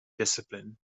discipline